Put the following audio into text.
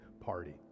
party